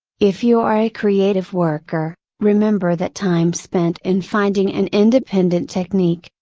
if you are a creative worker, remember that time spent in finding an independent technique,